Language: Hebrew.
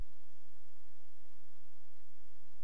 אבל